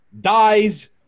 dies